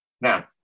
now